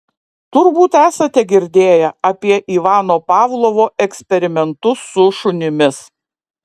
turbūt esate girdėję apie ivano pavlovo eksperimentus su šunimis